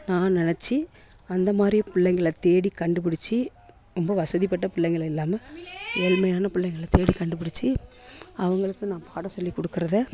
நான் நெனைச்சி அந்தமாதிரி பிள்ளைங்கள தேடி கண்டுபிடிச்சி ரொம்ப வசதி பட்ட பிள்ளைங்கள இல்லாமல் ஏழ்மையான பிள்ளைங்கள தேடி கண்டுபிடிச்சி அவங்களுக்கு பாடம் சொல்லி கொடுக்குறத